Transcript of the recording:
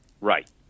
Right